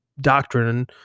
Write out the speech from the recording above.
doctrine